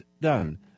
done